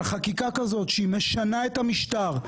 על חקיקה כזאת שמשנה את המשטר,